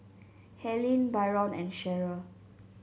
Helyn Byron and Cherryl